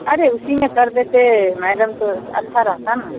अरे उसी में कर देते मैडम तो अच्छा रहता न